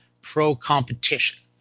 pro-competition